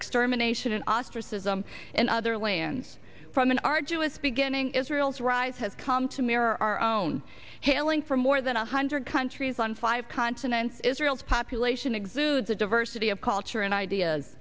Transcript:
extermination and ostracism and other lands from an arduous beginning israel's rise has come to mirror our own hailing from more than one hundred countries on five continents israel's population exudes a diversity of culture and ideas